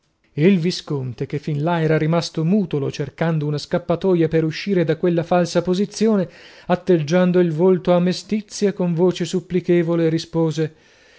onoratezza il visconte che fin là era rimasto mutolo cercando una scappatoia per uscire da quella falsa posizione atteggiando il volto a mestizia con voce supplichevole rispose